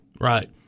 Right